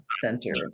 Center